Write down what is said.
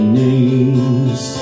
names